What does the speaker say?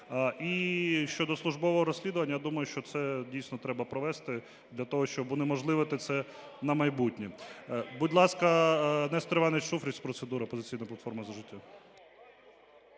І щодо службового розслідування, я думаю, що це дійсно треба провести для того, щоб унеможливити це на майбутнє. Будь ласка, Нестор Іванович Шуфрич – з процедури, "Опозиційна платформа – За життя".